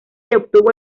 obtuvo